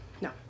no